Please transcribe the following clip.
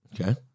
Okay